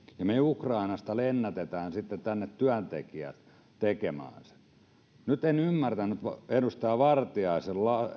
ja me ukrainasta lennätämme sitten tänne työntekijät tekemään sen työn nyt en ymmärtänyt edustaja vartiaisen